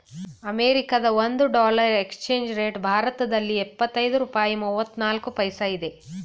ಅಮೆರಿಕದ ಒಂದು dollar exchange rate ಭಾರತದಲ್ಲಿ ಎಪ್ಪತ್ತೈದು ರೂಪಾಯಿ ಮೂವ್ನಾಲ್ಕು ಪೈಸಾ ಇದೆ